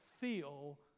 feel